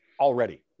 already